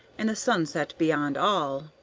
and the sunset beyond all.